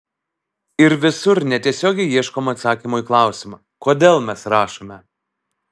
ir visur netiesiogiai ieškoma atsakymo į klausimą kodėl mes rašome